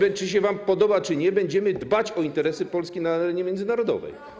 I czy się wam podoba, czy nie, będziemy dbać o interesy Polski na arenie międzynarodowej.